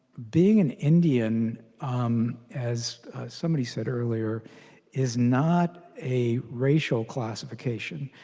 being an indian as somebody said earlier is not a racial classification.